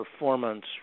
Performance